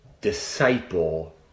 disciple